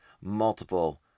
multiple